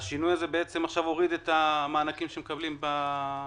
השינוי הזה הוריד עכשיו את המענקים שמקבלים העצמאים.